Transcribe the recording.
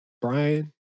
Brian